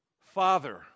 Father